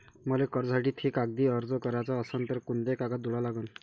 मले कर्जासाठी थे कागदी अर्ज कराचा असन तर कुंते कागद जोडा लागन?